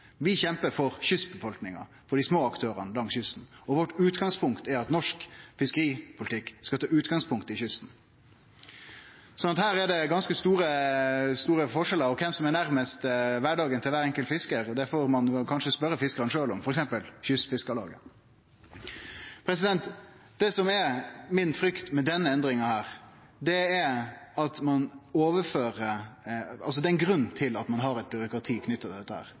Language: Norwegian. Vi kjempar for kystbefolkninga, for dei små aktørane langs kysten, og utgangspunktet vårt er at norsk fiskeripolitikk skal ta utgangspunkt i kysten. Så her er det ganske store forskjellar, og kven som er nærmast kvardagen til kvar enkelt fiskar, det får ein vel kanskje spørje fiskarane sjølve om, f.eks. Kystfiskarlaget. Det er ein grunn til at ein har eit byråkrati knytt til dette.